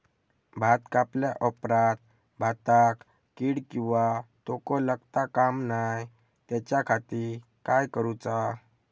भात कापल्या ऑप्रात भाताक कीड किंवा तोको लगता काम नाय त्याच्या खाती काय करुचा?